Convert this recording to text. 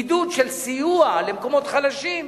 עידוד של סיוע למקומות חלשים,